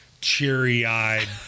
cheery-eyed